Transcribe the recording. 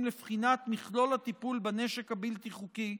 לבחינת מכלול הטיפול בנשק הבלתי-חוקי,